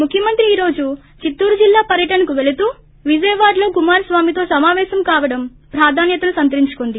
ముఖ్యమంత్రి ఈ రోజు చిత్తూరు జిల్లా పర్యటనకు వెళుతూ విజయవాడలో కుమార స్వామితో సమావేశం కావడం ప్రాధన్యతను సంతరించుకొంది